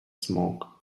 smoke